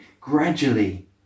gradually